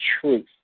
truth